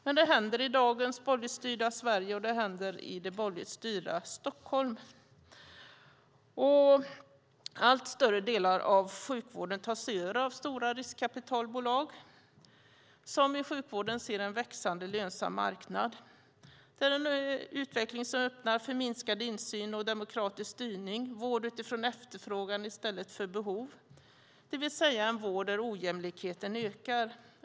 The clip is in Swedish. Men det händer i dagens borgerligt styrda Sverige, och det händer i det borgerligt styrda Stockholm. Allt större delar av sjukvården tas över av stora riskkapitalbolag som i sjukvården ser en växande lönsam marknad. Det är en utveckling som öppnar för minskad insyn och demokratisk styrning och för vård utifrån efterfrågan i stället för behov, det vill säga en vård där ojämlikheten ökar.